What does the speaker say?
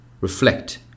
reflect